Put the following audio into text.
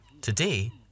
Today